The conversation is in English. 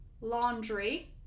laundry